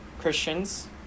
Christians